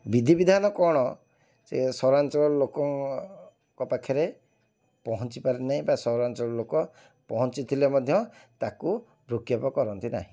ବିଧିବିଧାନ କ'ଣ ସେ ସହରାଞ୍ଚଳର ଲୋକଙ୍କ ପାଖରେ ପହଞ୍ଚିପାରିନାହିଁ ବା ସହରାଞ୍ଚଳ ଲୋକ ପହଞ୍ଚି ଥିଲେ ମଧ୍ୟ ତାକୁ ଭୃକ୍ଷେପ କରନ୍ତି ନାହିଁ